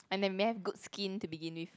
and then may have good skin to begin with